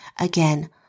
Again